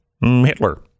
Hitler